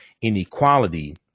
inequality